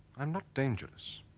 i'm not dangerous